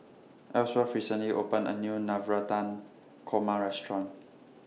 Ellsworth recently opened A New Navratan Korma Restaurant